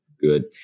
good